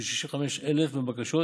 כ-65% מהבקשות